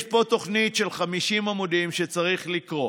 יש פה תוכנית של 50 עמודים שצריך לקרוא